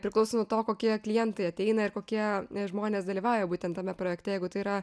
priklauso nuo to kokie klientai ateina ir kokie žmonės dalyvauja būtent tame projekte jeigu tai yra